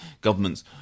governments